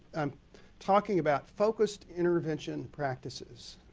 i'm talking about focused intervention practices.